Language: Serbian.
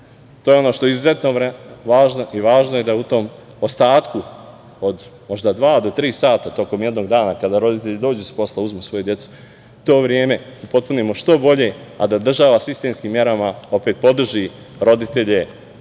To je ono što je izuzetno važno i važno je da u tom ostatku od možda dva do tri sata tokom jednog dana kada roditelj dođe sa posla uzmu svoju decu, to vreme upotpunimo što bolje, a da država sistemskim merama opet podrži roditelje